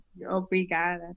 Obrigada